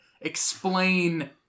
explain